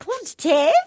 positive